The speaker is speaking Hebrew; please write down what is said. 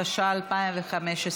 התשע"ה 2015,